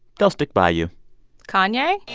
they'll stick by you kanye?